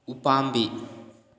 ꯎꯄꯥꯝꯕꯤ